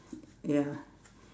ya